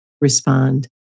respond